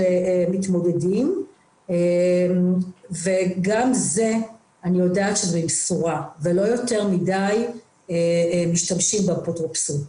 מתמודדים ואני יודעת שגם זה במשורה ולא יותר מדי משתמשים באפוטרופסות.